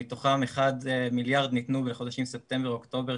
שמתוכם 1 מיליארד ניתנו בחודשים ספטמבר-אוקטובר,